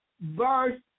verse